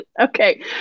Okay